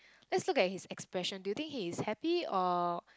let's look at his expression do you think he is happy or